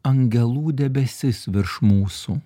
angelų debesis virš mūsų